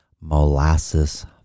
molasses